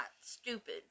stupid